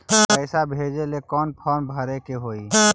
पैसा भेजे लेल कौन फार्म भरे के होई?